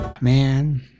Man